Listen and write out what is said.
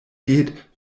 geht